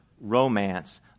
romance